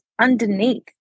underneath